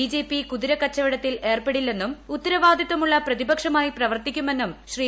BJP കുതിരക്കച്ചവടത്തിൽ ഏർപ്പെടില്ലെന്നും ഉത്തരവാദിത്വമുള്ള പ്രതിപക്ഷമായി പ്രവർത്തിക്കുമെന്നും ശ്രീ